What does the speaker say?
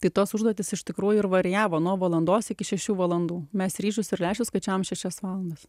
tai tos užduotys iš tikrųjų ir varijavo nuo valandos iki šešių valandų mes ryžius ir lęšius skaičiavom šešias valandas